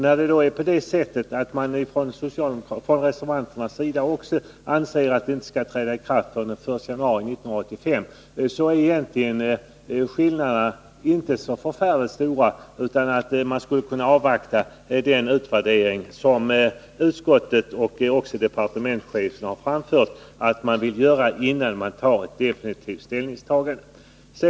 När reservanterna också anser att lagändringen inte skall träda i kraft förrän den 1 januari 1985, är skillnaden verkligen inte så förfärligt stor, utan man skulle kunna avvakta den utvärdering som utskottet och även departementschefen vill att man skall göra före ett definitivt ställningstagande.